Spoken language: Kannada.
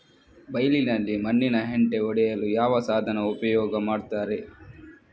ಬೈಲಿನಲ್ಲಿ ಮಣ್ಣಿನ ಹೆಂಟೆ ಒಡೆಯಲು ಯಾವ ಸಾಧನ ಉಪಯೋಗ ಮಾಡುತ್ತಾರೆ?